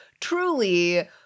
truly